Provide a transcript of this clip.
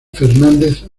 fernández